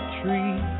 tree